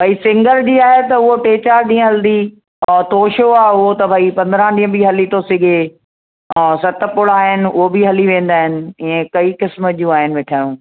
भई सिंगर बि आहे त उहो टे चारि ॾींह हलंदी और तोशो आहे उहो त भई पंद्रहं ॾींहं बि हली थो सघे और सतपुड़ा आहिनि उहो बि हली वेंदा आहिनि इएं कई किस्मु जूं आहिनि मिठायूं